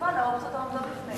חשיפה לאופציות העומדות בפניהם.